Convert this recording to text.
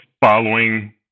following